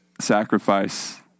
sacrifice